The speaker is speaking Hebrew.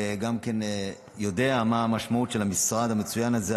וגם הוא יודע מה המשמעות של המשרד המצוין הזה.